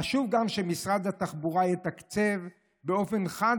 חשוב גם שמשרד התחבורה יתקצב באופן חד